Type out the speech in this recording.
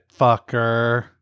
fucker